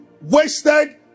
wasted